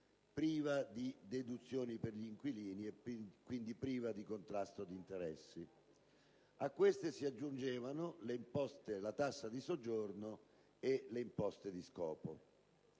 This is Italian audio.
priva di deduzioni per gli inquilini e, quindi, priva di contrasto di interessi. Ad esse si aggiungevano la tassa di soggiorno e le imposte di scopo.